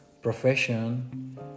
profession